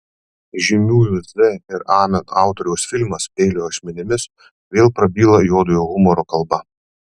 žymiųjų z ir amen autoriaus filmas peilio ašmenimis vėl prabyla juodojo humoro kalba